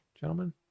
Gentlemen